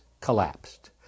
collapsed